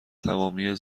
تمامی